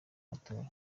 matora